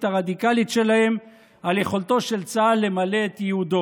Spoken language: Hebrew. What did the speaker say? הרדיקלית שלהם על יכולתו של צה"ל למלא את ייעודו.